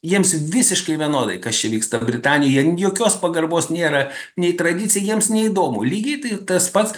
jiems visiškai vienodai kas čia vyksta britanijoj jokios pagarbos nėra nei tradicija jiems neįdomu lygiai tai tas pats